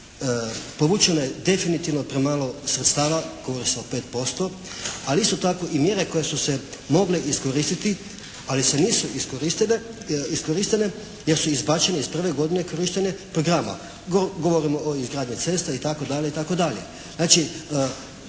Povučeno je definitivno premalo sredstava …/Govornik se ne razumije./… posto ali isto tako i mjere koje su se mogle iskoristiti ali nisu iskorištene jer su izbačene iz prve godine korištenja programa. Govorimo o izgradnji cesta itd.